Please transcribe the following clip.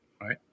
right